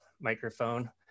microphone